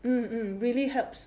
mm mm really helps